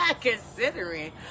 Considering